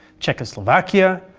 czechoslovakia,